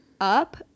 up